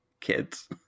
kids